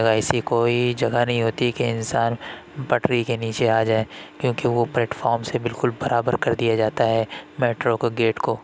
ویسی کوئی جگہ نہیں ہوتی کہ انسان پٹری کے نیچے آ جائے کیونکہ وہ پلیٹ فارم سے بالکل برابر کر دیا جاتا ہے میٹرو کو گیٹ کو